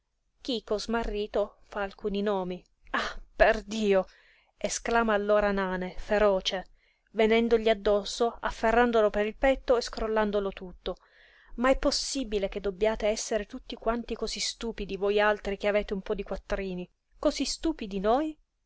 chico smarrito fa alcuni nomi ah perdio esclama allora nane feroce venendogli addosso afferrandolo per il petto e scrollandolo tutto ma è possibile che dobbiate essere tutti quanti cosí stupidi vojaltri che avete un po di quattrini cosí stupidi noi